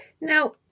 Now